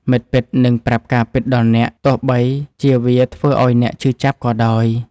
មិត្តពិតនឹងប្រាប់ការពិតដល់អ្នក ទោះបីជាវាធ្វើឱ្យអ្នកឈឺចាប់ក៏ដោយ។